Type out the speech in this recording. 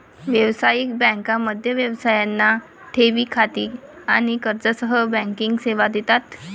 व्यावसायिक बँका मध्यम व्यवसायांना ठेवी खाती आणि कर्जासह बँकिंग सेवा देतात